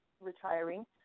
retiring